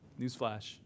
Newsflash